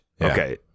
Okay